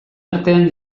artean